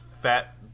fat